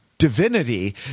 divinity